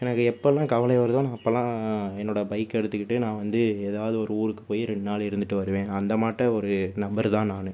எனக்கு எப்போலாம் கவலை வருதோ நான் அப்போலாம் என்னோடய பைக்கை எடுத்துக்கிட்டு நான் வந்து ஏதாவது ஒரு ஊருக்கு போயி ரெண் நாள் இருந்துட்டு வருவேன் அந்தமாட்டம் ஒரு நபர் தான் நான்